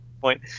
point